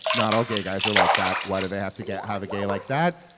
not all gay guys are like that. why do they have to get have a gay like that?